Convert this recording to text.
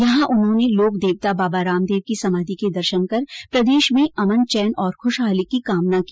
यहां उन्होंने लोकदेवता बाबा रामदेव की समाधि के दर्शन कर प्रदेश में अमन चैन और खुशहाली की कामना की